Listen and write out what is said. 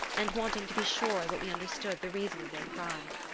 and wanting to be sure that we understood the reason of their pride.